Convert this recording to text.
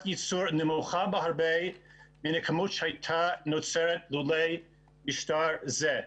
ייצור נמוכה בהרבה מן הכמות שהייתה נוצרת לולא משטר זה.